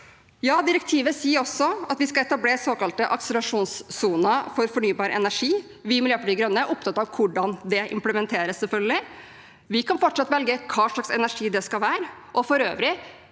direktivet sier også at vi skal etablere såkalte akselerasjonssoner for fornybar energi. Vi i Miljøpartiet De Grønne er selvfølgelig opptatt av hvordan det implementeres. Vi kan fortsatt velge hva slags energi det skal være.